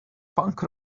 funk